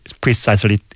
precisely